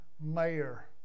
mayor